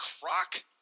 croc